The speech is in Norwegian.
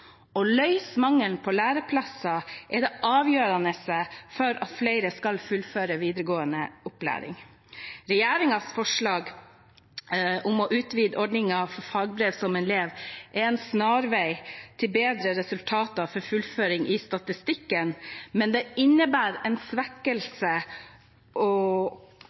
Å løse mangelen på læreplasser er det avgjørende for at flere skal fullføre videregående opplæring. Regjeringens forslag om å utvide ordningen for fagbrev som elev er en snarvei til bedre resultater for fullføring i statistikken, men det innebærer en svekkelse av relevansen og tilliten til fag- og